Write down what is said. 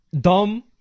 dumb